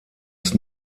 ist